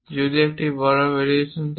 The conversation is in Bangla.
যদি একটি বড় ভেরিয়েশন থাকে